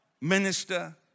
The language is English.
minister